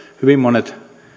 hyvin monet